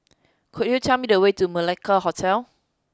could you tell me the way to Malacca Hotel